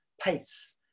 pace